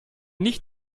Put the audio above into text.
nicht